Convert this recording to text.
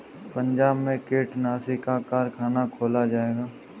पंजाब में कीटनाशी का कारख़ाना खोला जाएगा